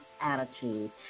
attitude